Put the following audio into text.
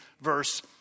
verse